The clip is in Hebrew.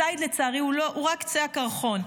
הציד, לצערי, הוא רק קצה הקרחון.